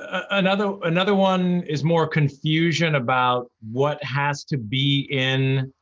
ah another another one is more confusion about what has to be in